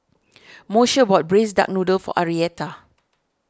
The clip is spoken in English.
Moshe bought Braised Duck Noodle for Arietta